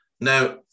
Now